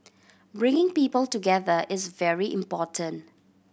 bringing people together is very important